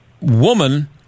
woman